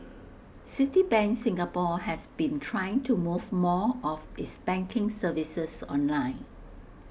Citibank Singapore has been trying to move more of its banking services online